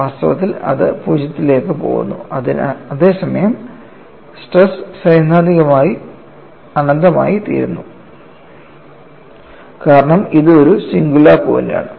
വാസ്തവത്തിൽ ഇത് 0 ലേക്ക് പോകുന്നു അതേസമയം സ്ട്രെസ് സൈദ്ധാന്തികമായി അനന്തമായിത്തീരുന്നു കാരണം ഇത് ഒരു സിംഗുലാർ പോയിന്റാണ്